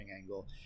angle